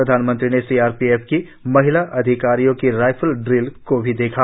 प्रधानमंत्री ने सीआरपीएफ की महिला अधिकारियों की राइफल ड्रिल को भी देखा